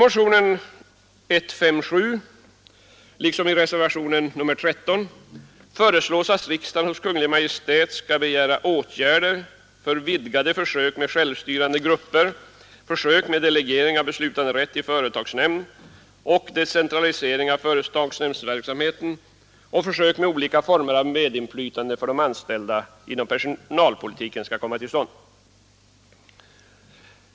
visning ttandet av en sådan utredning skulle medföra allvarlig risk för s att riksdagen hos Kungl. Maj:t skall begära åtgärder för vidgade försök med självstyrande grupper, försök med delegering av beslutanderätt till företagsnämnd och decentralisering av företagsnämndsverksamheten och försök med olika former av medinflytande för de anställda inom personalpolitiken.